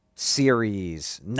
Series